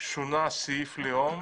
שונה הסעיף לאום